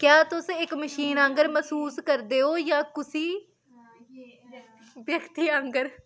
क्या तुस इक मशीन आंगर मसूस करदे ओ जां कुसी व्यक्ति आंगर